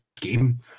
game